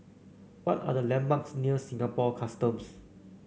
what are the landmarks near Singapore Customs